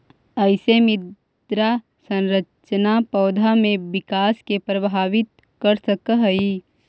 कईसे मृदा संरचना पौधा में विकास के प्रभावित कर सक हई?